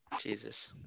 Jesus